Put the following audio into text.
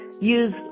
use